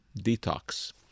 detox